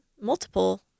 multiple